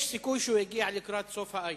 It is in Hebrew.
יש סיכוי שהוא יגיע לקראת סוף האייטם,